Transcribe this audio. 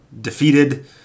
defeated